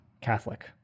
Catholic